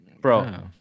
Bro